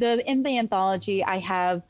in the anthology, i have